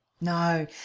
no